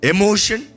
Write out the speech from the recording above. Emotion